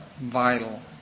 vital